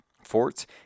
forts